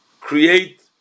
create